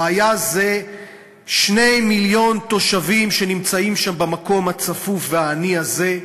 הבעיה היא 2 מיליון תושבים שנמצאים שם במקום הצפוף והעני הזה.